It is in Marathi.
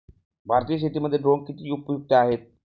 भारतीय शेतीमध्ये ड्रोन किती उपयुक्त आहेत?